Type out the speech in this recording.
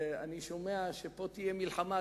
אני שומע שפה תהיה מלחמה,